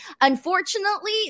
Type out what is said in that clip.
Unfortunately